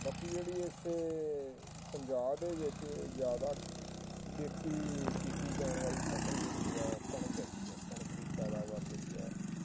ਬਾਕੀ ਜਿਹੜੀ ਇਸ 'ਤੇ ਪੰਜਾਬ ਦੇ ਵਿੱਚ ਜ਼ਿਆਦਾ ਖੇਤੀ ਕੀਤੀ ਜਾਣ ਵਾਲੀ ਫਸਲ ਜਿਹੜੀ ਆ ਉਹ ਕਣਕ ਹੈਗੀ ਆ ਕਣਕ ਦੀ ਪੈਦਾਵਾਰ ਜਿਹੜੀ ਆ